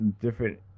different